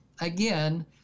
again